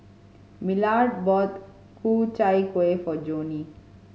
Millard bought Ku Chai Kuih for Joni